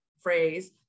phrase